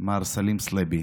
מר סלים סלבי,